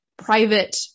private